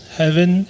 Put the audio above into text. heaven